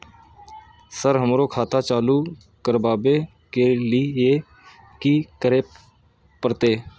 Sir हमरो खाता चालू करबाबे के ली ये की करें परते?